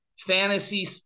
fantasy